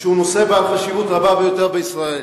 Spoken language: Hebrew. שהוא נושא בעל חשיבות רבה ביותר בישראל.